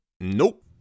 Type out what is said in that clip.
Nope